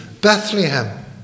Bethlehem